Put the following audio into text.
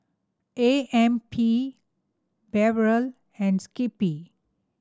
A M P Barrel and Skippy